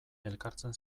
elkartzen